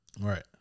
Right